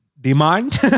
demand